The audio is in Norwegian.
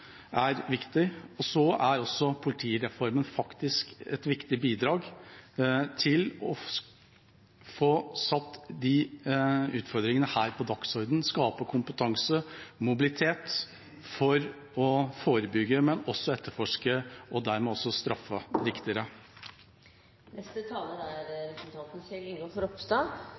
er viktig. Politireformen er faktisk også et viktig bidrag til å få satt disse utfordringene på dagsordenen, skape kompetanse og mobilitet for å forebygge, men også for å etterforske og dermed også kunne straffe